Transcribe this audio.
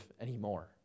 anymore